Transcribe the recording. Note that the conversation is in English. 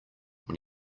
when